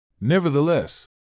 Nevertheless